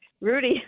Rudy